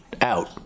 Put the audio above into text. out